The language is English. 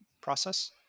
process